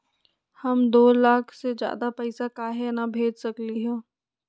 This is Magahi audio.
हम दो लाख से ज्यादा पैसा काहे न भेज सकली ह?